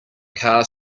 car